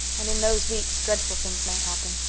and in those weeks dreadful things may happen.